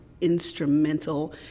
instrumental